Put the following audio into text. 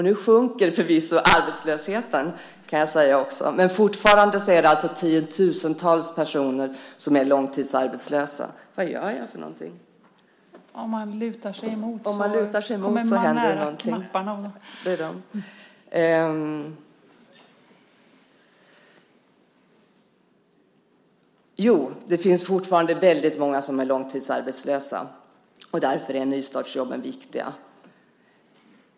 Nu sjunker förvisso arbetslösheten, kan jag säga, men fortfarande är det alltså tiotusentals personer som är långtidsarbetslösa. Därför är nystartsjobben viktiga.